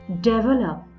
develop